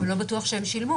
גם לא בטוח שהם שילמו.